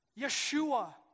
Yeshua